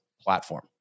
platform